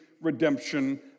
redemption